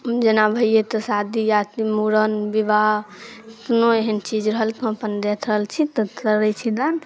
जेना भैयेके शादी या मुरन बिवाह कोनो एहन चीज रहल तऽ हम अपन देख रहल छी तऽ करै छी डान्स